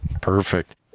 Perfect